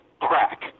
crack